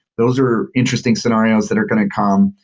those are interesting scenarios that are going to come.